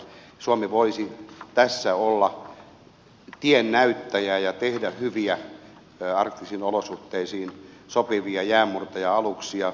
suomi voisi tässä olla tiennäyttäjä ja tehdä hyviä arktisiin olosuhteisiin sopivia jäänmurtaja aluksia